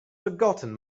forgotten